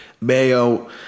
Mayo